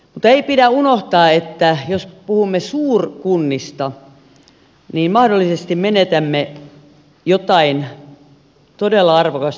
mutta ei pidä unohtaa että jos puhumme suurkunnista niin mahdollisesti menetämme jotain todella arvokasta